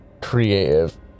creative